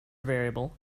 variable